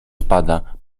spada